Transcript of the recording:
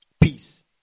Peace